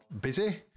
busy